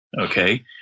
okay